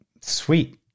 Sweet